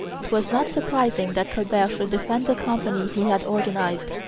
it was not surprising that colbert should defend the company he had organized.